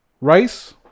rice